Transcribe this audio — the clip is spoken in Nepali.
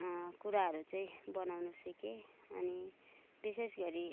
कुराहरू चाहिँ बनाउन सिकेँ अनि विशेष गरी